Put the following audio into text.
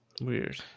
Weird